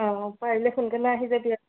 অ' পাৰিলে সোনকালে আহি যাবি